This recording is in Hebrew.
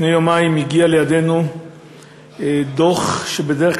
לפני יומיים הגיע לידינו דוח שבדרך